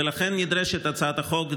ולכן נדרשת הצעת החוק,